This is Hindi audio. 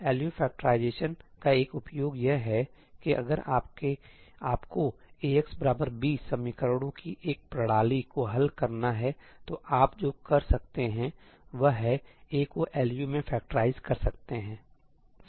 इसलिएएलयू फैक्टराइजेशन का एक उपयोग यह है कि अगर आपको Ax b समीकरणों की एक प्रणाली को हल करना है तो आप जो कर सकते हैं वह है A को LU में फैक्टराइज़ कर सकते हैं सही